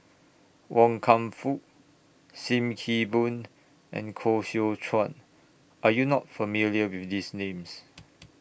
Wan Kam Fook SIM Kee Boon and Koh Seow Chuan Are YOU not familiar with These Names